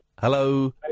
Hello